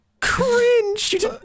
Cringe